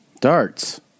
Darts